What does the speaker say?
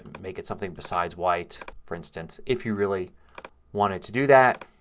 make it something besides white for instance if you really wanted to do that.